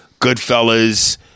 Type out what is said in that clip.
Goodfellas